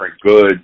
good